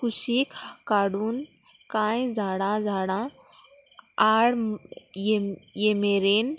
कुशीक काडून कांय झाडां झाडां आळ ये ये मेरेन